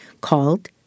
called